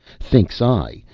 thinks i,